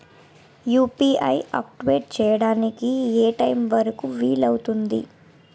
UPI activate చెయ్యడానికి ఏ time వరుకు వీలు అవుతుంది?